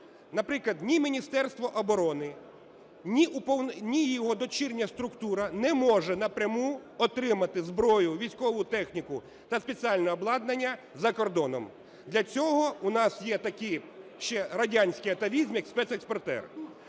Наприклад, ні Міністерство оборони, ні його дочірня структура не може напряму отримати зброю, військову техніку та спеціальне обладнання за кордоном. Для цього у нас є такий ще радянський атавізм, як спецекспортер.